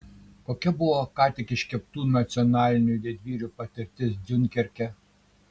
kokia buvo ką tik iškeptų nacionalinių didvyrių patirtis diunkerke